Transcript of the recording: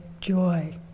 joy